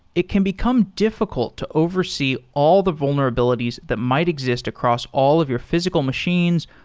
it can become difficult to oversee all the vulnerabilities that might exist across all of your physical machines,